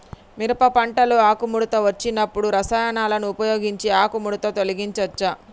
మిరప పంటలో ఆకుముడత వచ్చినప్పుడు రసాయనాలను ఉపయోగించి ఆకుముడత తొలగించచ్చా?